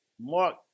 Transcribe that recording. Mark